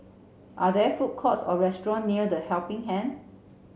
are there food courts or restaurant near The Helping Hand